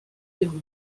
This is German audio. irre